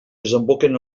desemboquen